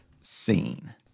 scene